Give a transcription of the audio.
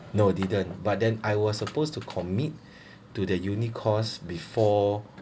no didn't but then I was supposed to commit to the uni course before